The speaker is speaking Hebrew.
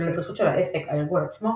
ולדרישות של העסק – הארגון עצמו?